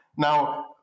Now